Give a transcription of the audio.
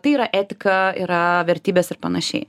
tai yra etika yra vertybės ir panašiai